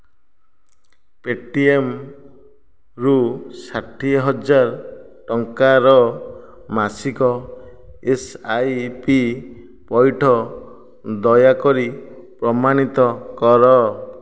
ପେ'ଟିଏମ୍ରୁ ଷାଠିଏ ହଜାର ଟଙ୍କାର ମାସିକ ଏସ୍ ଆଇ ପି ପଇଠ ଦୟାକରି ପ୍ରମାଣିତ କର